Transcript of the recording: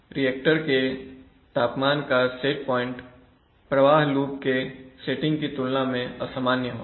इसलिए रिएक्टर के तापमान का सेट प्वाइंट प्रवाह लूप के सेटिंग की तुलना में असामान्य होगा